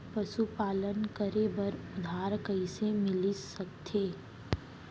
पशुपालन करे बर उधार कइसे मिलिस सकथे?